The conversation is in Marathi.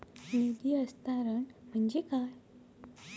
निधी हस्तांतरण म्हणजे काय?